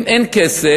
אם אין כסף,